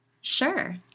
Sure